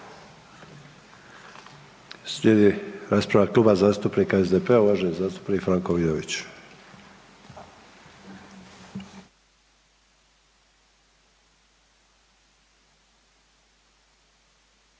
Slijedi rasprava Kluba zastupnika SDP-a. Uvaženi zastupnik Franko Vidović.